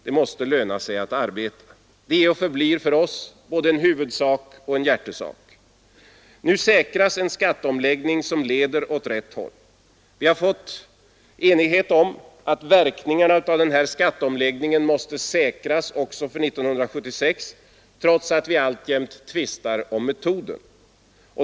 Det måste löna sig att arbeta. Det är och förblir för oss både en huvudsak och en hjärtesak. Nu säkras en skatteomläggning som leder åt rätt håll. Vi har nått enighet om att verkningarna av denna skatteomläggning måste säkras också för 1976, trots att vi alltjämt tvistar om metoden.